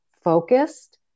focused